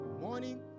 morning